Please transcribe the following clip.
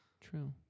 true